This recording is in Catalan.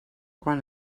quan